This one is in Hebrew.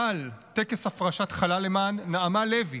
חלה למען נעמה לוי,